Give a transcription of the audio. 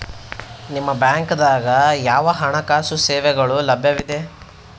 ನಿಮ ಬ್ಯಾಂಕ ದಾಗ ಯಾವ ಹಣಕಾಸು ಸೇವೆಗಳು ಲಭ್ಯವಿದೆ?